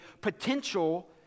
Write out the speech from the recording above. potential